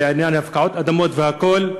על עניין הפקעת האדמות והכול,